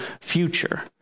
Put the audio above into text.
future